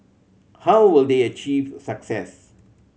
how will they achieve success